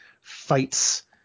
fights